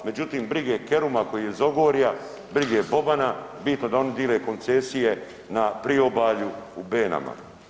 Međutim, brige Keruma koji je iz Ogorja, brige Bobana, bitno da oni dile koncesije na Priobalju u Benama.